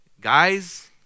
guys